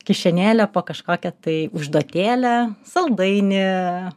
kišenėlę po kažkokią tai užduotėlę saldainį